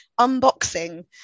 unboxing